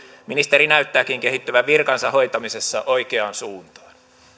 ministeri näyttääkin kehittyvän virkansa hoitamisessa oikeaan suuntaan